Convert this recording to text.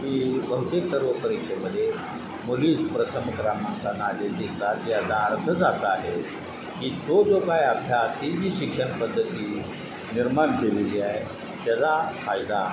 ही बहुतेक सर्व परीक्षेमध्ये मुली प्रथम क्रमांकने आलेले दिसतात याचा अर्थच असा आहे की तो जो काय अभ्यास ती जी शिक्षण पद्धती निर्माण केलेली आय त्याचा फायदा